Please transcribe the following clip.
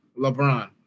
LeBron